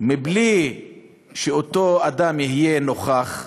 בלי שאותו אדם יהיה נוכח,